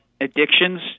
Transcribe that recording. addictions